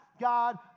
God